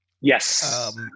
Yes